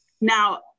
Now